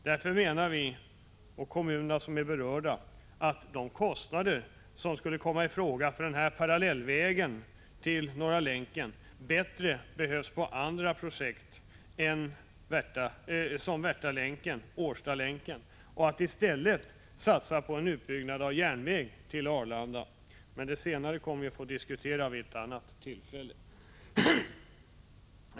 Därför menar vi och kommunerna som är berörda att de pengar som skulle komma i fråga för denna parallellväg till Norra Länken bättre behövs på andra objekt som Värtalänken och Årstalänken och att man i stället skall satsa på en utbyggnad av järnväg till Arlanda. Men detta senare kommer vi att få diskutera vid ett annat tillfälle.